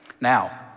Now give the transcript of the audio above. Now